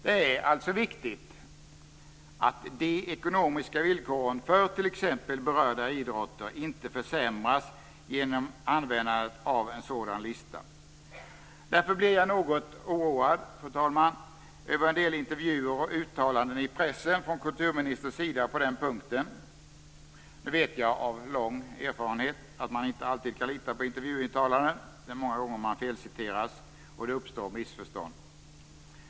Det är alltså viktigt att de ekonomiska villkoren för t.ex. berörda idrotter inte försämras genom användandet av en sådan lista. Jag blir därför något oroad över en del intervjuer och uttalande i pressen från kulturministerns sida på den punkten. Nu vet jag av egen lång erfarenhet att man inte alltid kan lita på intervjuuttalanden. Man felciteras många gånger, och det kan uppstå missförstånd.